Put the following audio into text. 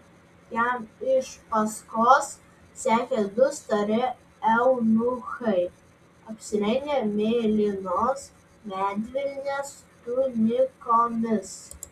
jam iš paskos sekė du stori eunuchai apsirengę mėlynos medvilnės tunikomis